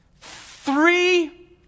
Three